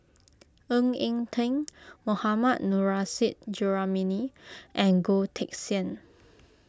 Ng Eng Teng Mohammad Nurrasyid Juraimi and Goh Teck Sian